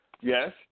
Yes